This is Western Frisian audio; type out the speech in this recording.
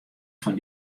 fan